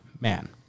man